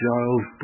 Giles